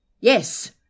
Yes